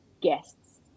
guests